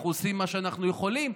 אנחנו עושים מה שאנחנו יכולים.